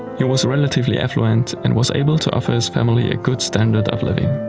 he was relatively affluent and was able to offer his family a good standard of living.